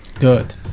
good